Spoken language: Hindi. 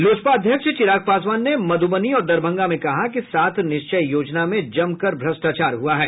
लोजपा अध्यक्ष चिराग पासवान ने मधुबनी और दरभंगा में कहा कि सात निश्चय योजना में जमकर भ्रष्टाचार हुआ है